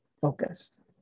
focused